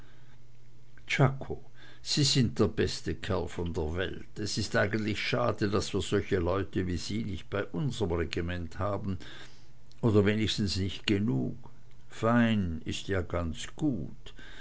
czako sie sind der beste kerl von der welt es ist eigentlich schade daß wir solche leute wie sie nicht bei unserm regiment haben oder wenigstens nicht genug fein ist ja ganz gut